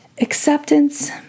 Acceptance